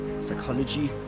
psychology